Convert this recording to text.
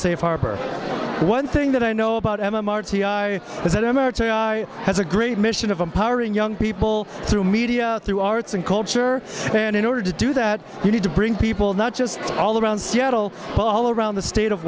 safe harbor one thing that i know about m m r t i is that emirates has a great mission of empowering young people through media through arts and culture than in order to do that you need to bring people not just all around seattle hall around the state of